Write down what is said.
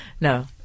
No